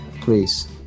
please